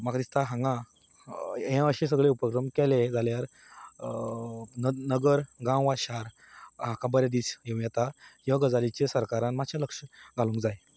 म्हाका दिसता हांगा हे असले सगळे उपक्रम केले जाल्यार नगर गांव वा शार हाका बरे दीस येवं येता ह्यो गजालींचेर सरकारान मातशे लक्ष घालूंक जाय